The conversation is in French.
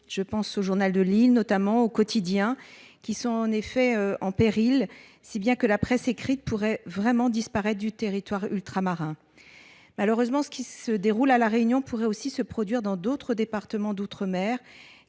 les journaux locaux. Je pense notamment au et au, qui sont en effet en péril, au point que la presse écrite pourrait vraiment disparaître de ce territoire ultramarin. Malheureusement, ce que l’on observe à La Réunion pourrait aussi se produire dans d’autres départements d’outre mer,